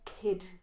kid